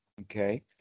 Okay